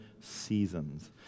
seasons